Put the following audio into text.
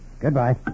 Goodbye